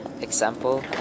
example